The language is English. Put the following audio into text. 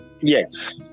Yes